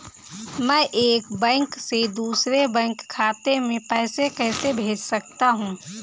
मैं एक बैंक से दूसरे बैंक खाते में पैसे कैसे भेज सकता हूँ?